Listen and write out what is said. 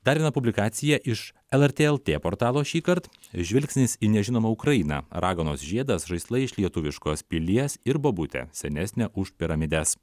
dar viena publikacija iš lrt lt portalo šįkart žvilgsnis į nežinomą ukrainą raganos žiedas žaislai iš lietuviškos pilies ir bobutė senesnė už piramides